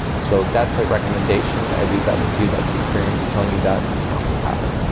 so that's a recommendation. i leave that with you that's experience telling you that not the pattern.